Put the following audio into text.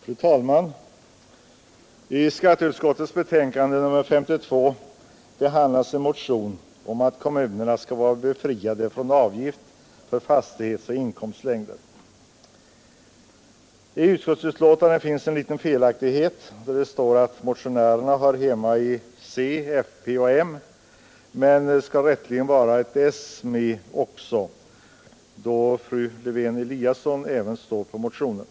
Fru talman! I skatteutskottets betänkande nr 52 behandlas en motion om att kommunerna skall vara befriade från avgift för fastighetsoch inkomstlängd. I utskottsbetänkandet finns en liten felaktighet. Det står att motionärerna tillhör c, fp och m. Det skall rätteligen vara ett s med, då även fru Lewén-Eliasson står för motionen.